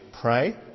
pray